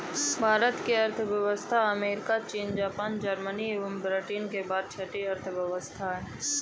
भारत की अर्थव्यवस्था अमेरिका, चीन, जापान, जर्मनी एवं ब्रिटेन के बाद छठी अर्थव्यवस्था है